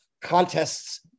contests